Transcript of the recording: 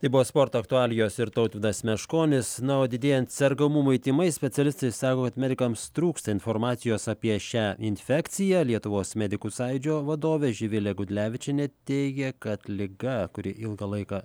tai buvo sporto aktualijos ir tautvydas meškonis na o didėjant sergamumui tymais specialistai sako kad medikams trūksta informacijos apie šią infekciją lietuvos medikų sąjūdžio vadovė živilė gudlevičienė teigė kad liga kuri ilgą laiką